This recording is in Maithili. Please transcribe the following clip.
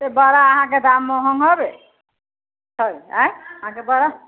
बड़ा अहाँके दाम महग हबे आंय अहाँके बड़ा